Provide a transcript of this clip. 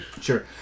Sure